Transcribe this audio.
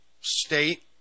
state